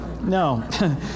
No